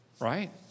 Right